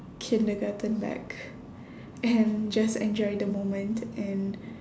kindergarten back and just enjoy the moment and